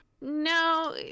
No